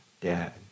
dad